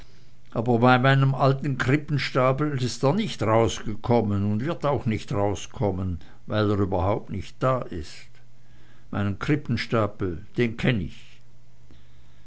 aber bei meinem alten krippenstapel ist er nicht rausgekommen und wird auch nicht rauskommen weil er überhaupt nicht da ist meinen alten krippenstapel den kenn ich